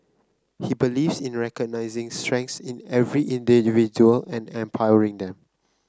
he believes in recognising strengths in every individual and empowering them